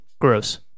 gross